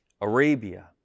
Arabia